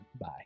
Bye